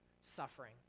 suffering